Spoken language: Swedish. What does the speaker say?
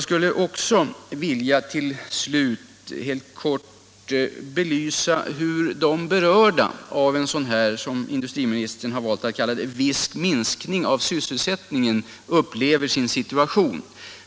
Sedan vill jag också helt kort belysa hur de som berörs av vad industriministern kallar för ”viss minskning av sysselsättningen” upplever sin situation.